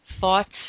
thoughts